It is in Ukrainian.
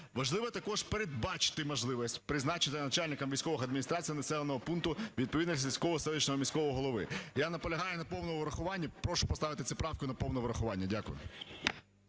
Важливо також передбачити можливість призначення начальником військової адміністрації населеного пункту відповідного сільського, селищного, міського голови. Я наполягаю на повному врахуванні. Прошу поставити цю правку на повне врахування. Дякую.